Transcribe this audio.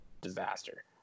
disaster